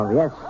yes